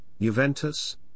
Juventus